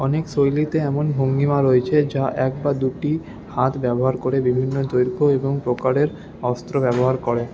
অনেক শৈলীতে এমন ভঙ্গিমা রয়েছে যা এক বা দুটি হাত ব্যবহার করে বিভিন্ন দৈর্ঘ্য এবং প্রকারের অস্ত্র ব্যবহার করে